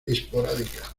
esporádica